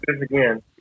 again